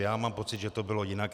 Já mám pocit, že to bylo jinak.